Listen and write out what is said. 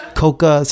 coca